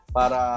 para